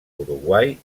uruguai